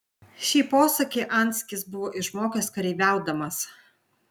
šitą posakį anskis buvo išmokęs kareiviaudamas